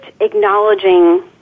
acknowledging